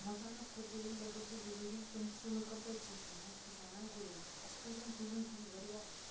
مَکانَس خٲطرٕ ییٚلہِ لٔکٕر چھِ ضروٗری تم سُہ لٔکٕر کَتہِ چھِ أسۍ اَنان سُہ چھِ اَنان کُلیٚو پِٮ۪ٹھ اَسہِ پَزَن کُلٮ۪ن ہُنٛد واریاہ